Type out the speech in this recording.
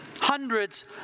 hundreds